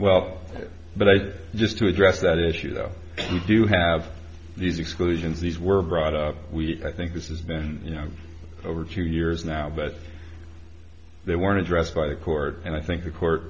well but i said just to address that issue though we do have these exclusions these were brought up we i think this has been you know over two years now but they weren't addressed by the court and i think the court